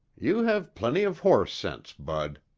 you have plenty of horse sense, bud.